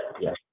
yes